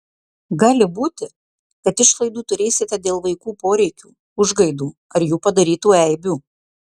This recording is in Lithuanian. gali būti kad išlaidų turėsite dėl vaikų poreikių užgaidų ar jų padarytų eibių